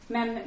Men